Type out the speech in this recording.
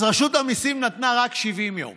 אז רשות המיסים נתנה רק 70 יום